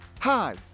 hi